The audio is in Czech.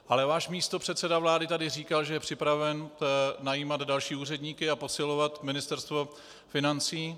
Ale váš místopředseda vlády tady říkal, že je připraven najímat další úředníky a posilovat Ministerstvo financí.